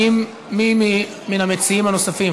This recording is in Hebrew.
האם מי מן המציעים הנוספים,